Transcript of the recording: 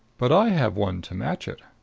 but i have one to match it.